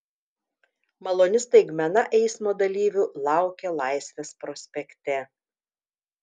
maloni staigmena eismo dalyvių laukia laisvės prospekte